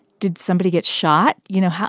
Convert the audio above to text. did somebody get shot? you know,